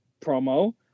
promo